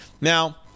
Now